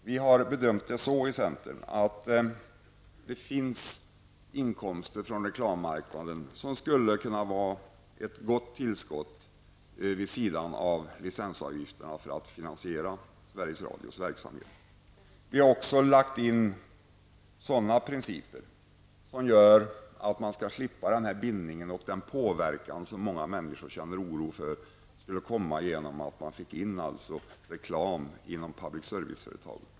Vi har i centern gjort den bedömningen att det finns inkomster från reklammarknaden som skulle kunna vara ett gott tillskott vid sidan av licensavgifterna för att finansiera Sveriges Radios verksamhet. Vi har också lagt in principer som gör att man skall slippa den bindning och den påverkan som många människor känner oro för, vilken skulle komma som en följd av att vi får in reklam inom public service-företaget.